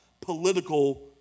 political